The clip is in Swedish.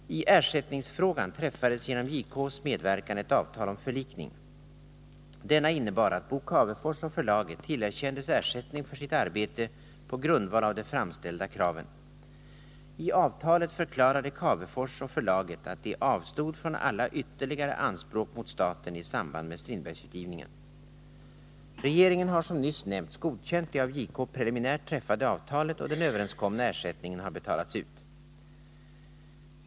I ersättningsfrågan träffades genom JK:s medverkan ett avtal om förlikning. Denna innebar att Bo Cavefors och förlaget tillerkändes ersättning för sitt arbete på grundval av de framställda kraven. I avtalet förklarade Cavefors och förlaget att de avstod från alla ytterligare anspråk mot staten i samband med Strindbergsutgivningen. Regeringen har som nyss nämnts godkänt det av JK preliminärt träffade avtalet, och den överenskomna ersättningen har betalats ut.